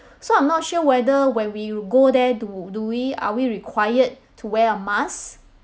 so I'm not sure whether when we go there do do we are we required to wear a mask